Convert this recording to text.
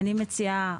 אני מציעה,